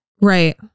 Right